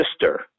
sister